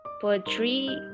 poetry